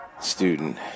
student